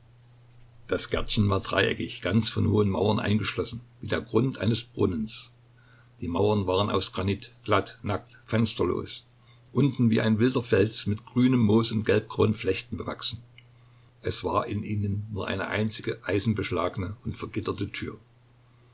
das gärtchen war dreieckig ganz von hohen mauern eingeschlossen wie der grund eines brunnens die mauern waren aus granit glatt nackt fensterlos unten wie ein wilder fels mit grünem moos und gelbgrauen flechten bewachsen es war in ihnen nur eine einzige eisenbeschlagene und vergitterte tür